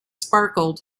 sparkled